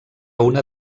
una